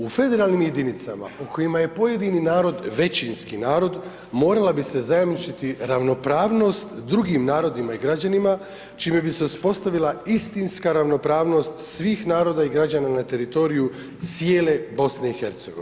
U federalnim jedinicama u kojima je pojedini narod većinski narod, morala bi se zajamčiti ravnopravnost drugim narodima i građanima, čime bi se uspostavila istinska ravnopravnost svih naroda i građana na teritoriju cijele BiH.